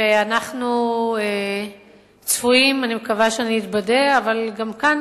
ואנחנו צפויים, אני מקווה שאני אתבדה, אבל גם כאן